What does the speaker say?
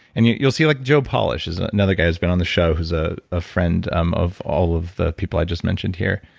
and you'll you'll see like joe polish is another guy who's been on the show who's a ah friend um of all of the people i just mentioned here,